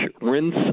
Rinse